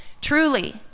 Truly